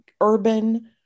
urban